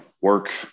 work